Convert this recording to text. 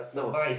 no